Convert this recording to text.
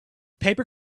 paper